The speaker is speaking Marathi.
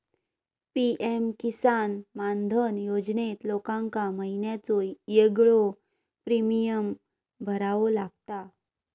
पी.एम किसान मानधन योजनेत लोकांका महिन्याचो येगळो प्रीमियम भरावो लागता